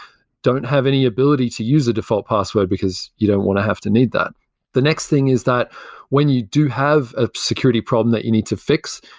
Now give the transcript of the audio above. don't have any ability to use a default password, because you don't want to have to need that the next thing is that when you do have a security problem that you need to fix,